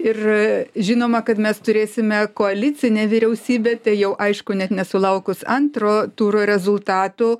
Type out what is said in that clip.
ir žinoma kad mes turėsime koalicinę vyriausybę tai jau aišku net nesulaukus antro turo rezultatų